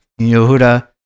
Yehuda